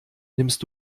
nimmst